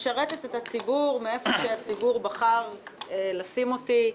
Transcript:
משרתת את הציבור מאיפה שהוא בחר לשים אותי.